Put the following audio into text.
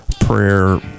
prayer